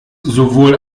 sowohl